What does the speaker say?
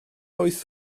wyth